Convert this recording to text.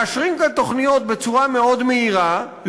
מאשרים כאן תוכניות בצורה מאוד מהירה,